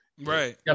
Right